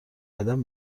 قدم